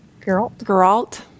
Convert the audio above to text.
Geralt